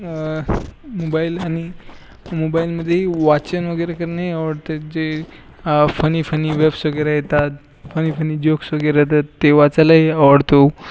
mobile आणि मोबाईलमध्येही वाचन वगैरे करणे आवडते जे फनी फनी वेब्स वगैरे येतात फनी फनी जोक्स वगैरे येतात ते वाचायलाही आवडतो